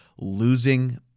losing